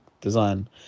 design